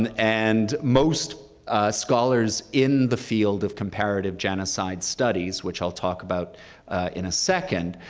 and and most scholars in the field of comparative genocide studies, which i'll talk about in a second,